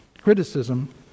criticism